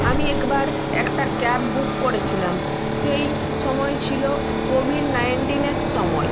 আমি একবার একটা ক্যাব বুক করেছিলাম সেই সময় ছিলো কোভিড নাইনটিনের সময়